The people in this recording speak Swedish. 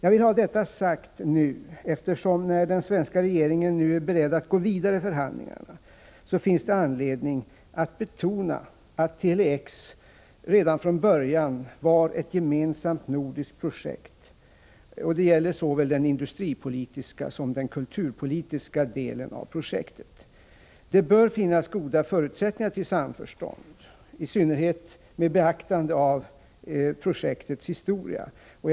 Jag vill ha detta sagt nu, eftersom det nu när den svenska regeringen är beredd att gå vidare i förhandlingarna, finns anledning att betona att Tele-X redan från början var ett gemensamt nordiskt projekt. Det gäller såväl den industripolitiska som den kulturpolitiska delen av projektet. Det bör finnas goda förutsättningar för samförstånd, i synnerhet med beaktande av projektets historia.